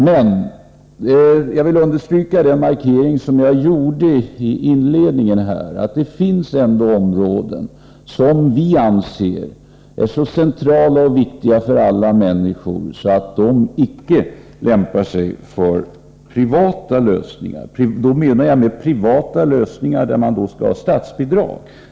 Men jag vill understryka den markering som jag gjorde inledningsvis, nämligen att det ändå finns områden som vi anser är så centrala och viktiga för alla människor att de icke lämpar sig för privata lösningar. Med privata lösningar menar jag sådana som man vill ha statsbidrag till.